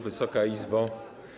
Wysoka Izbo!